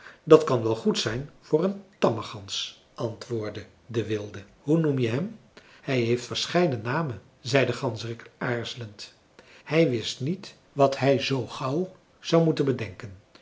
dat kan wel goed zijn voor een tamme gans antwoordde de wilde hoe noem je hem hij heeft verscheiden namen zei de ganzerik aarzelend hij wist niet wat hij zoo gauw zou bedenken